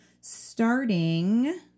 starting